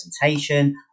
presentation